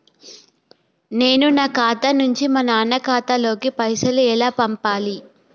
నేను నా ఖాతా నుంచి మా నాన్న ఖాతా లోకి పైసలు ఎలా పంపాలి?